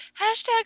hashtag